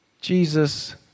Jesus